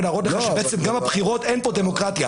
ולהראות לך שגם הבחירות אין פה דמוקרטיה.